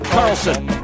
Carlson